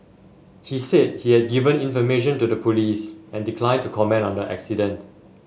he said he had given information to the police and declined to comment on the accident